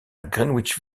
greenwich